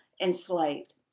enslaved